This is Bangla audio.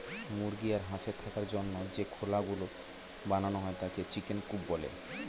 মুরগি আর হাঁসের থাকার জন্য যে খোলা গুলো বানানো হয় তাকে চিকেন কূপ বলে